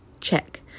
Check